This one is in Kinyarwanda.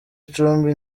gicumbi